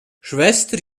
schwester